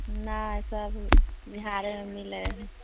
नहि सब ओ बिहारेमे मिलै हइ